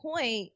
point